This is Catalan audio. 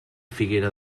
figuera